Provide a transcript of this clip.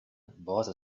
bought